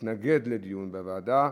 נגד מתנגד לדיון בוועדה.